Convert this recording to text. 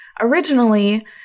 originally